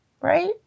right